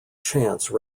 chance